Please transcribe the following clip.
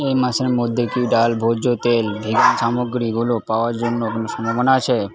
এই মাসের মধ্যে কি ডাল ভোজ্য তেল ভিগান সামগ্রীগুলো পাওয়ার জন্য কোনো সম্ভাবনা আছে